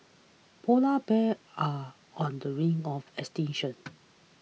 Polar Bears are on the brink of extinction